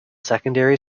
secondary